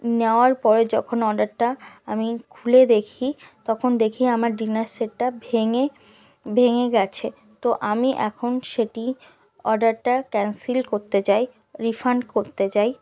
নেওয়ার পরে যখন অর্ডারটা আমি খুলে দেখি তখন দেখি আমার ডিনার সেটটা ভেঙে ভেঙে গেছে তো আমি এখন সেটি অর্ডারটা ক্যানসেল করতে চাই রিফান্ড করতে চাই